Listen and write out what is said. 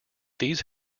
these